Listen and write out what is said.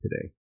today